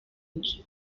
nzu